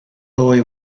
boy